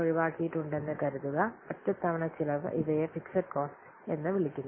ഒറ്റത്തവണ ചെലവ് ഇവയെ ഫിക്സഡ് കോസ്റ്റ് എന്ന് വിളിക്കുന്നു